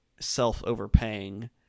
self-overpaying